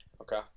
Okay